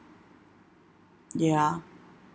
ya